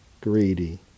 greedy